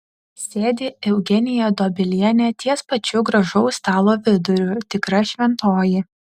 sėdi eugenija dobilienė ties pačiu gražaus stalo viduriu tikra šventoji